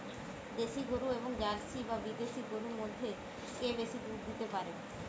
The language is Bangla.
দেশী গরু এবং জার্সি বা বিদেশি গরু মধ্যে কে বেশি দুধ দিতে পারে?